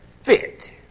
fit